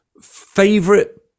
Favorite